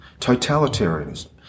totalitarianism